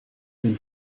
been